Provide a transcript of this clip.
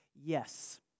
yes